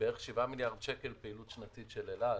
בערך שבעה מיליארד שקל פעילות שנתית של אל על,